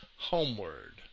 homeward